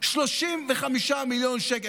35 מיליון שקל.